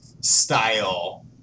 style